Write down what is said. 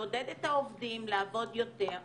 לעודד את העובדים לעבוד יותר.